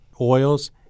oils